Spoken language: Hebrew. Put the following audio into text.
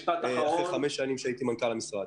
זאת עמדתי כמנכ"ל לשעבר.